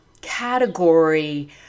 category